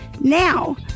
Now